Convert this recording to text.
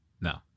No